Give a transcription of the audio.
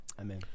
Amen